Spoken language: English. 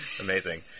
Amazing